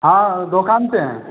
हाँ अँ दुकान पर हैं